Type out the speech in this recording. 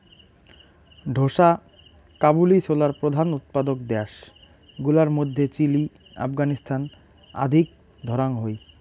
ঢোসা কাবুলি ছোলার প্রধান উৎপাদক দ্যাশ গুলার মইধ্যে চিলি, আফগানিস্তান আদিক ধরাং হই